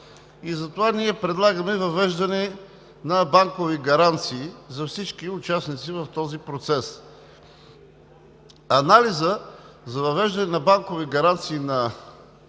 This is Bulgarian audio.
и затова ние предлагаме въвеждане на банкови гаранции за всички участници в този процес. Анализът за въвеждане на банкови гаранции, на